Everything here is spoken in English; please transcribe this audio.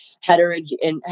heterogeneous